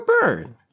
burn